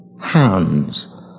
Hands